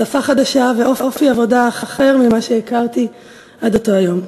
שפה חדשה ואופי עבודה אחר ממה שהכרתי עד אותו היום.